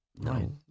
no